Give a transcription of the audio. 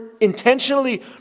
intentionally